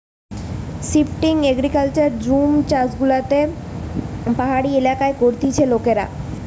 shifting agriculture jhum চাষযেগুলো পাহাড়ি এলাকায় করতিছে লোকেরা